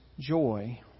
joy